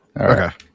Okay